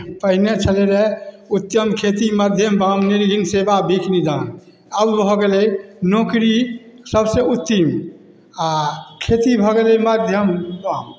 पहिने छलै रह उत्तम खेती मध्यम बान निर्घिन सेवा भीख निदान अब भऽ गेलै नौकरी सबसे उत्तम आ खेती भऽ गेलै मध्यम बान